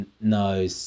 no